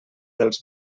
dels